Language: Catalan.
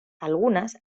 algunes